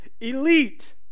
elite